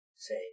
Say